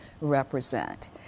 represent